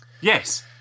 Yes